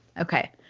Okay